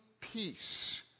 peace